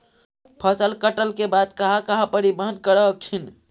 फसल कटल के बाद कहा कहा परिबहन कर हखिन?